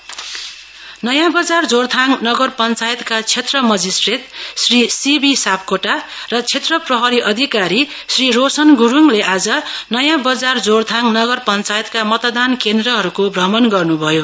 south पोल नयाँ बजार जोरथाङ नगर पञ्चायतका क्षेत्र मजिस्ट्रेट श्री सीबी साप्कोटा क्षेत्र प्रहरी अधिकारी श्री रोशन गुरुङले आज नयाँ बजार जोरथाङ नगर पञ्चायतका मतदान केन्द्रहरूको अमण गर्नु अयो